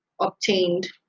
obtained